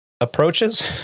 approaches